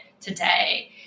today